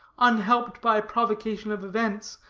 unhelped by provocation of events,